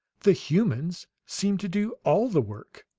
the humans seem to do all the work,